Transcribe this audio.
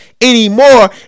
anymore